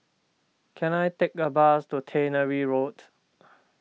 can I take a bus to Tannery Road